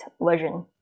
version